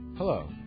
Hello